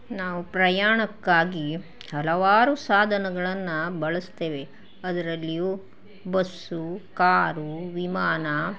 ನಾವು ಪ್ರಯಾಣಕ್ಕಾಗಿ ಹಲವಾರು ಸಾಧನಗಳನ್ನು ಬಳಸ್ತೇವೆ ಅದರಲ್ಲಿಯೂ ಬಸ್ಸು ಕಾರು ವಿಮಾನ